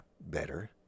better